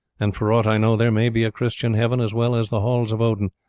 and for aught i know there may be a christian heaven as well as the halls of odin,